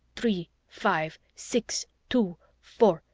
three, five, six, two, four,